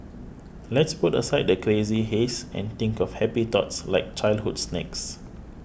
let's put aside the crazy haze and think of happy thoughts like childhood snacks